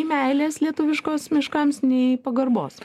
meilės lietuviškos miškams nei pagarbos